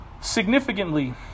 Significantly